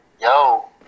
yo